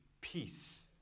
peace